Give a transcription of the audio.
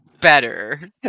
better